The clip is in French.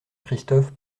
christophe